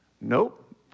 Nope